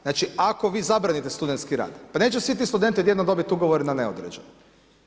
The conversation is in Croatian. Znači, ako vi zabranite studentski rad, pa neće svi ti studenti odjednom dobiti Ugovor na neodređeno.